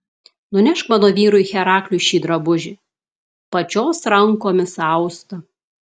nunešk mano vyrui herakliui šį drabužį pačios rankomis austą